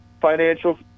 financial